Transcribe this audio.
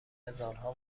هزارها